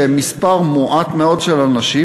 שהם מספר מועט מאוד של אנשים,